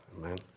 Amen